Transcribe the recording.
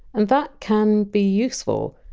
and that can be useful!